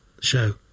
show